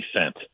sent